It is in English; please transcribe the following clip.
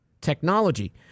technology